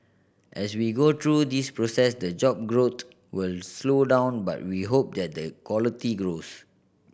as we go through this process the job growth will slow down but we hope that the quality grows